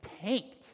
tanked